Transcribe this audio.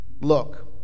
Look